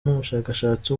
n’umushakashatsi